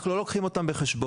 אנחנו לא לוקחים אותם בחשבון,